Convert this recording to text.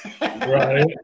Right